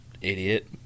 idiot